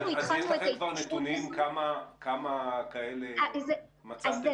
יש לכם נתונים כמה כאלה מצאתם וטופלו?